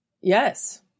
Yes